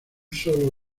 solo